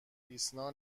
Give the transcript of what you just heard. ایسنا